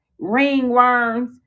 ringworms